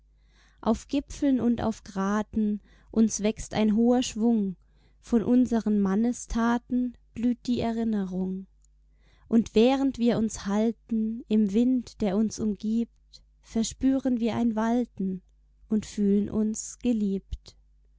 auf gipfeln und auf graten uns wächst ein hoher schwung von unseren mannestaten blüht die erinnerung und während wir uns halten im wind der uns umgibt verspüren wir ein walten und fühlen uns geliebt